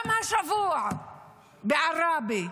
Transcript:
גם השבוע בעראבה,